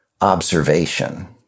observation